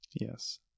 Yes